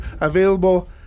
available